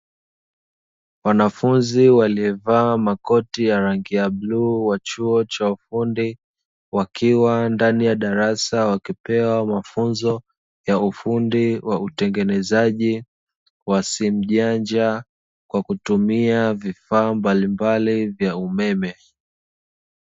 Wanafunzi waliovaa makoti ya rangi ya bluu wa chuo cha ufundi, wakiwa ndani ya darasa, wakipewa mafunzo ya ufundi ya utengenezaji wa simu janja kwa kutumia vifaa mbalimbali vya umeme.